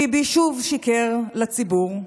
ביבי שוב שיקר לציבור,